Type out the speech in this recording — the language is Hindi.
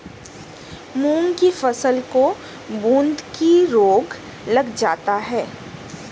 मूंग की फसल में बूंदकी रोग लग जाता है